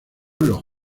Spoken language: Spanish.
los